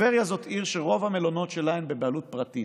טבריה זאת עיר שרוב המלונות שלה הם בבעלות פרטית.